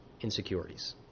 insecurities